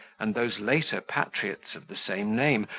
and those later patriots of the same name,